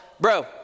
bro